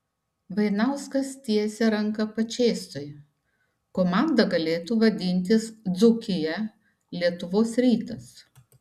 vainauskas tiesia ranką pačėsui komanda galėtų vadintis dzūkija lietuvos rytas